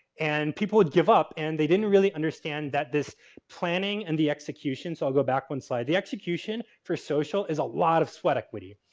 and people would give up. and they didn't really understand that this planning and the execution, so i'll go back one slide, the execution for social is a lot of sweat equity.